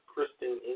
Kristen